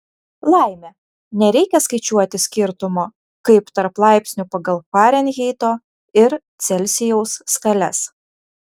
laimė nereikia skaičiuoti skirtumo kaip tarp laipsnių pagal farenheito ir celsijaus skales